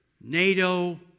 NATO